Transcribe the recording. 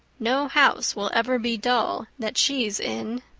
no house will ever be dull that she's in.